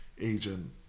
agent